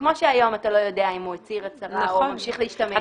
וכמו שהיום אתה לא יודע אם הוא הצהיר הצהרה או ממשיך להשתמש בזה,